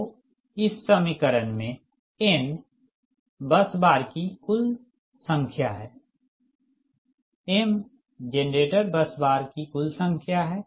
तो इस समीकरण में n बस बार की कुल संख्या है m जेनरेटर बस बार की कुल संख्या है